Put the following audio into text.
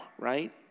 Right